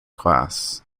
class